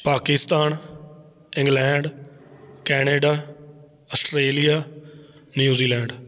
Pakistan England Canada Australia New Zealand